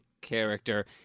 character